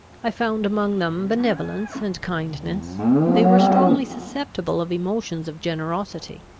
i found among them benevolence and kindness they were strongly susceptible of emotions of generosity.